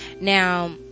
now